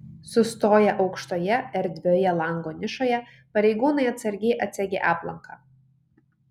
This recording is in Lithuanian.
sustoję aukštoje erdvioje lango nišoje pareigūnai atsargiai atsegė aplanką